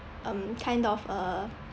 um kind of a